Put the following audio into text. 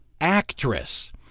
actress